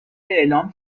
اعلام